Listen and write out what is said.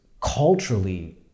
culturally